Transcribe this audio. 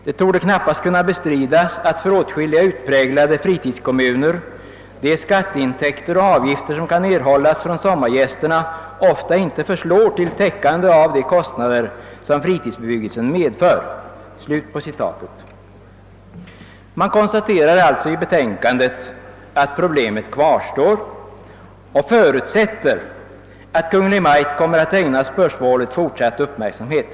Det torde knappast kunna bestridas att för åtskilliga utpräglade fritidskommuner de skatteintäkter och avgifter som kan erhållas från sommargästerna ofta inte förslår till täckande av de kostnader som fritidsbebyggelsen medför.» Man konstaterar alltså i betänkandet att problemet kvarstår och förutsätter att Kungl. Maj:t kommer att ägna spörsmålet fortsatt uppmärksamhet.